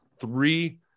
three